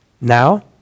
Now